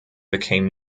became